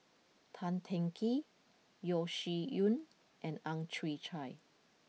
Tan Teng Kee Yeo Shih Yun and Ang Chwee Chai